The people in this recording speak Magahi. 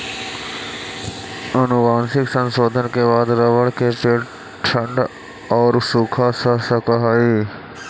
आनुवंशिक संशोधन के बाद रबर के पेड़ ठण्ढ औउर सूखा सह सकऽ हई